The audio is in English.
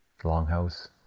longhouse